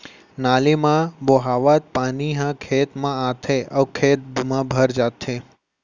नाली म बोहावत पानी ह खेत म आथे अउ खेत म भर जाथे